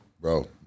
Bro